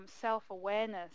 self-awareness